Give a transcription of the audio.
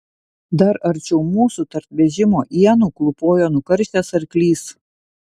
dar arčiau mūsų tarp vežimo ienų klūpojo nukaršęs arklys